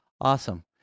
Awesome